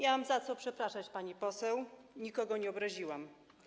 Nie mam za co przepraszać, pani poseł, nikogo nie obraziłam.